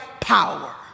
power